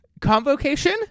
Convocation